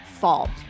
fall